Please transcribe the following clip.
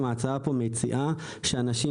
הסעיף